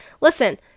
listen